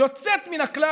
יוצאת מן הכלל.